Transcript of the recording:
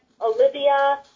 Olivia